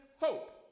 hope